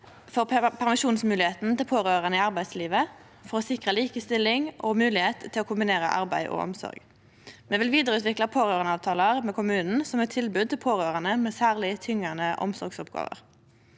for permisjonsmoglegheita til pårørande i arbeidslivet, for å sikre likestilling og moglegheit til å kombinere arbeid og omsorg. Me vil vidareutvikle pårørandeavtaler med kommunen, som eit tilbod til pårørande med særleg tyngande omsorgsoppgåver.